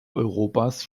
europas